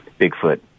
Bigfoot